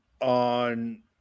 on